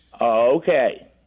Okay